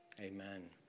Amen